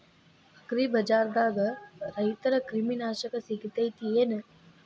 ಅಗ್ರಿಬಜಾರ್ದಾಗ ರೈತರ ಕ್ರಿಮಿ ನಾಶಕ ಸಿಗತೇತಿ ಏನ್?